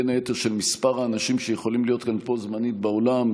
בין היתר של מספר האנשים שיכולים להיות בו-זמנית באולם,